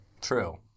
True